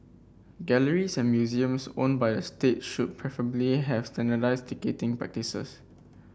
galleries and museums owned by the state should preferably have standardised ticketing practices